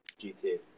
GTA